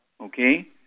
Okay